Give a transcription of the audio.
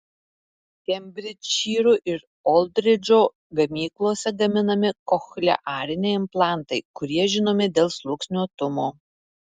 kembridžšyro ir oldridžo gamyklose gaminami kochleariniai implantai kurie žinomi dėl sluoksniuotumo